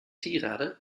sieraden